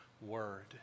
Word